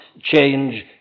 change